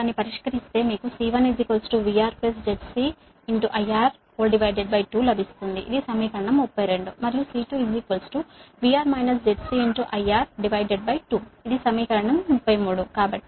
మీరు దాన్ని పరిష్కరిస్తే మీకు C1VRZCIR2 లభిస్తుంది ఇది సమీకరణం 32 మరియు C2VR ZCIR2 ఇది సమీకరణం 33